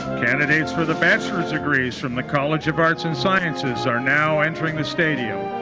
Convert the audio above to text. candidates for the bachelor's degrees from the college of arts and sciences are now entering the stadium.